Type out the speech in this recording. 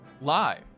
live